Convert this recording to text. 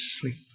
sleep